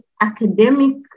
academic